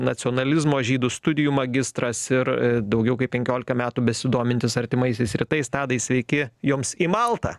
nacionalizmo žydų studijų magistras ir daugiau kaip penkiolika metų besidomintis artimaisiais rytais tadai sveiki jums į maltą